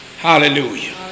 Hallelujah